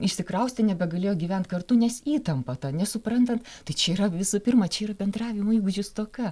išsikraustė nebegalėjo gyvent kartu nes įtampa ta nesuprantant tai čia yra visų pirma čia yra bendravimo įgūdžių stoka